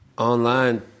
Online